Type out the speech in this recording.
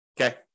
Okay